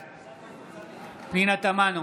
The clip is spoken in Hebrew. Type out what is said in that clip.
בעד פנינה תמנו,